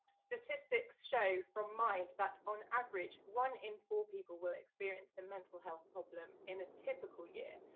statistics show, from mind that, on average one in four people will experience a mental health problem in a typical year,